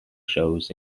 shows